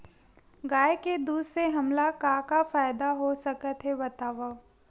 गाय के दूध से हमला का का फ़ायदा हो सकत हे बतावव?